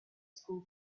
school